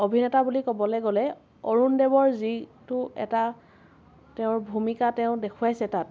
অভিনেতা বুলি ক'বলৈ গ'লে অৰুণদেৱৰ যিটো এটা তেওঁৰ ভূমিকা তেওঁ দেখুৱাইছে তাত